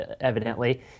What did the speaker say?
evidently